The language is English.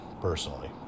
personally